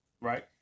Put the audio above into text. right